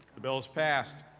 the bill is passed.